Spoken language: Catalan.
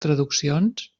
traduccions